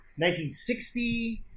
1960